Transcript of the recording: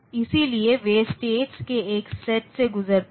इसलिए वे स्टेट्स के एक सेट से गुजरते हैं